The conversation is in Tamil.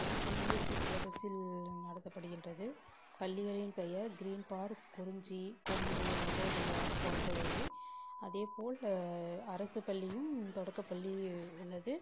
அது சிபிஎஸ்சி சிலபஸ்ஸில் நடத்தப்படுகின்றது பள்ளிகளின் பெயர் கிரீன் பார்க் குறிஞ்சி கொங்கு நவோதையா போன்றவைகை அதேபோல் அரசுப் பள்ளியும் தொடக்கப் பள்ளி உள்ளது